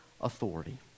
authority